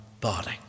body